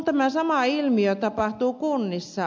tämä sama ilmiö tapahtuu kunnissa